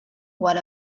what